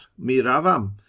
Miravam